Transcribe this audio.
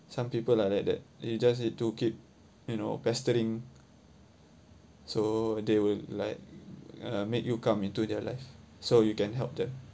some people like that you just need to keep you know pestering so they will like uh make you come into their life so you can help them